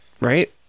right